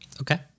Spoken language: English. Okay